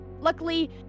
luckily